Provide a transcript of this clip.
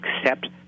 accept